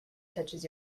touches